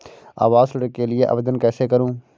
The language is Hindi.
आवास ऋण के लिए आवेदन कैसे करुँ?